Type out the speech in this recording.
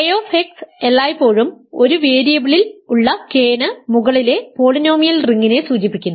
K എല്ലായ്പ്പോഴും ഒരു വേരിയബിളിൽ ഉള്ള K ന് മുകളിലെ പോളിനോമിയൽ റിംഗിനെ സൂചിപ്പിക്കുന്നു